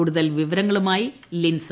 കൂടുതൽ വിവരങ്ങളുമായി ലിൻസ